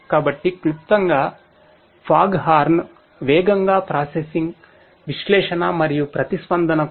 కాబట్టి క్లుప్తంగా ఫాగ్హార్న్ వేదిక